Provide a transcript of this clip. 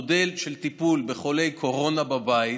המודל של טיפול בחולי קורונה בבית